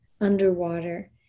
underwater